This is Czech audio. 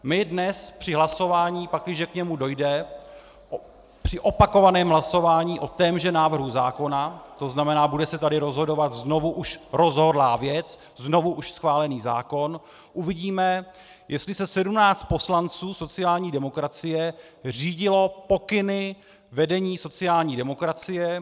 My dnes při hlasování, pakliže k němu dojde, při opakovaném hlasování o témže návrhu zákona, to znamená, bude se tady rozhodovat znovu už rozhodnutá věc, znovu už schválený zákon, uvidíme, jestli se 17 poslanců sociální demokracie řídilo pokyny vedení sociální demokracie.